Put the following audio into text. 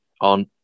on